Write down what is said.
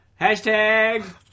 Hashtag